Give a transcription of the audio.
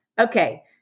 Okay